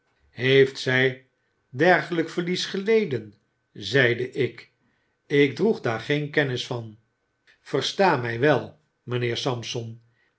heeft zy dergelyk verlies geleden zeide ik jkdroeg daar geen kennis van versta mij wel mynheer sampson